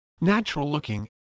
natural-looking